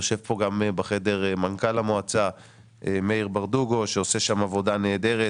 יושב כאן בחדר מנכ"ל המועצה מאיר ברדוגו שעושה שם עבודה נהדרת